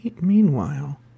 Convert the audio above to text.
Meanwhile